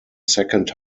second